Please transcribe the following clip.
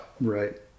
Right